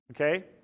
Okay